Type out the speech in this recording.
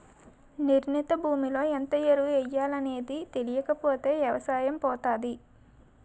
నిర్ణీత భూమిలో ఎంత ఎరువు ఎయ్యాలనేది తెలీకపోతే ఎవసాయం పోతాది